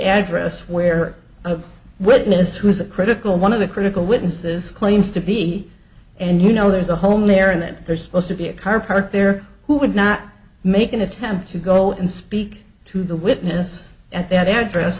address where a witness who is a critical one of the critical witnesses claims to be and you know there's a home there and that there's most of the car parked there who would not make an attempt to go and speak to the witness at that address